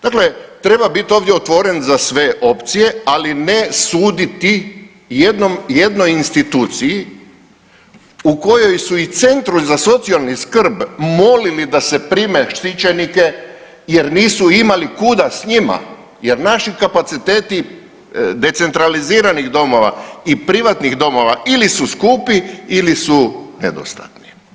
Dakle, treba biti ovdje otvoren za sve opcije, ali ne suditi jednoj instituciji u kojoj su i Centri za socijalnu skrb molili da se primi štićenike jer nisu imali kuda s njima, jer naši kapaciteti decentraliziranih domova i privatnih domova ili su skupi ili su nedostatni.